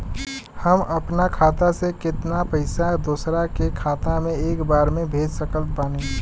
हम अपना खाता से केतना पैसा दोसरा के खाता मे एक बार मे भेज सकत बानी?